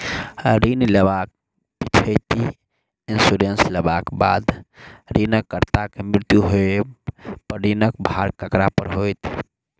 ऋण लेबाक पिछैती इन्सुरेंस लेबाक बाद ऋणकर्ताक मृत्यु होबय पर ऋणक भार ककरा पर होइत?